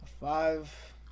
Five